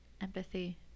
empathy